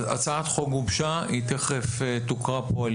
הצעת החוק גובשה והיא תכף תוקרא כאן על